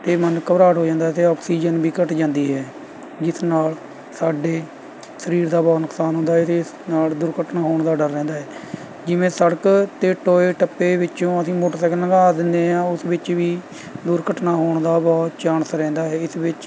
ਅਤੇ ਮਨ ਘਬਰਾਹਟ ਹੋ ਜਾਂਦਾ ਹੈ ਅਤੇ ਆਕਸੀਜਨ ਵੀ ਘੱਟ ਜਾਂਦੀ ਹੈ ਜਿਸ ਨਾਲ਼ ਸਾਡੇ ਸਰੀਰ ਦਾ ਬਹੁਤ ਨੁਕਸਾਨ ਹੁੰਦਾ ਹੈ ਅਤੇ ਇਸ ਨਾਲ਼ ਦੁਰਘਟਨਾ ਹੋਣ ਦਾ ਡਰ ਰਹਿੰਦਾ ਹੈ ਜਿਵੇਂ ਸੜਕ 'ਤੇ ਟੋਏ ਟੱਪੇ ਵਿੱਚੋਂ ਅਸੀਂ ਮੋਟਰਸਾਈਕਲ ਲੰਘਾ ਦਿੰਦੇ ਹਾਂ ਉਸ ਵਿੱਚ ਵੀ ਦੁਰਘਟਨਾ ਹੋਣ ਦਾ ਬਹੁਤ ਚਾਣਸ ਰਹਿੰਦਾ ਹੈ ਇਸ ਵਿੱਚ